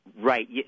Right